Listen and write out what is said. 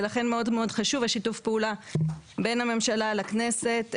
ולכן מאוד מאוד חשוב שיתוף הפעולה בין הממשלה לכנסת,